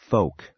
Folk